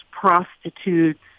prostitutes